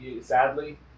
sadly